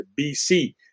BC